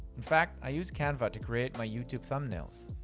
in fact, i use canva to create my youtube thumbnails.